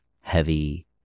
heavy